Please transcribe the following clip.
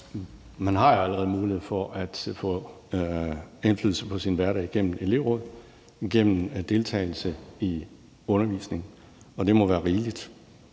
Man har jo allerede en mulighed for at få indflydelse på sin hverdag gennem elevrådet og gennem deltagelse i undervisningen. Det må være rigeligt.